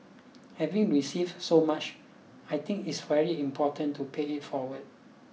having received so much I think it's very important to pay it forward